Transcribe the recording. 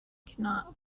cannot